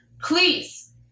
Please